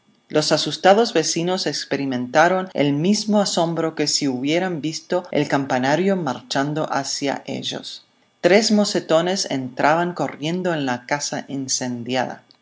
los asustados vecinos experimentaron el mismo asombro que si hubieran visto el campanario marchando hacia ellos tres mocetones entraban corriendo en la casa incendiada